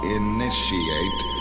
initiate